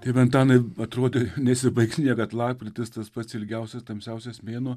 tėve antanai atrodė nesibaigs niekad lapkritis tas pats ilgiausias tamsiausias mėnuo